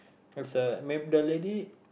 it's a mayb~ the lady